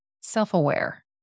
self-aware